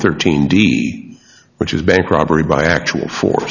thirteen d which is bank robbery by actual for